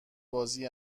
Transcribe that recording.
بازی